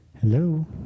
Hello